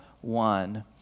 one